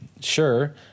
Sure